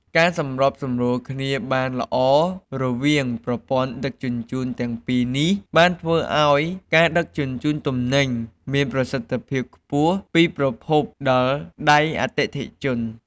ការសម្របសម្រួលគ្នាបានល្អរវាងប្រព័ន្ធដឹកជញ្ជូនទាំងពីរនេះបានធ្វើឱ្យការដឹកជញ្ជូនទំនិញមានប្រសិទ្ធភាពខ្ពស់ពីប្រភពដល់ដៃអតិថិជន។